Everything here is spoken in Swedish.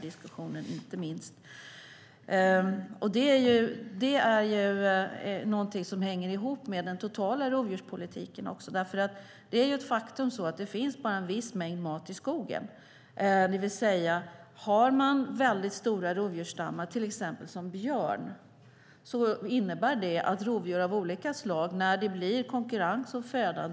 Det hänger ihop med den totala rovdjurspolitiken. Det finns bara en viss mängd mat i skogen. Om rovdjursstammarna är stora, som till exempel björn, innebär det att rovdjur av olika slag drivs mot byarna när det blir konkurrens om födan.